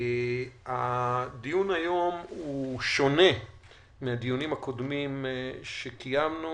הדיון היום שונה מהדיונים הקודמים שקיימנו,